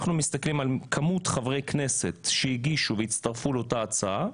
אנחנו מסתכלים על כמות חברי הכנסת שהגישו והצטרפו לאותה הצעה,